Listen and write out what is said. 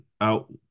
out